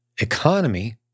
economy